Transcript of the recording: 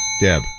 Deb